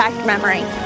memory